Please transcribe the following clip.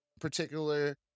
particular